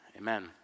Amen